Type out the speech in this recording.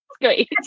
great